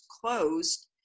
closed